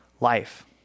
life